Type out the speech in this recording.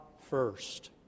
first